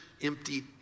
empty